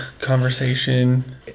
conversation